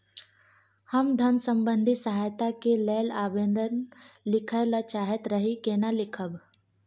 हम धन संबंधी सहायता के लैल आवेदन लिखय ल चाहैत रही केना लिखब?